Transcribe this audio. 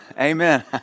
Amen